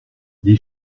les